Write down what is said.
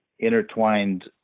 intertwined